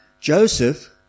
Joseph